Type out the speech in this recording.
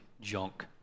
junk